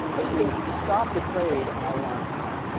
this means, stop the trade, i want out.